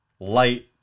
light